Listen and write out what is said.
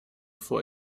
vor